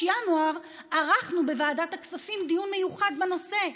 ינואר ערכנו בוועדת הכספים דיון מיוחד בנושא.